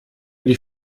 die